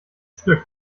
stück